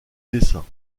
dessin